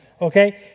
Okay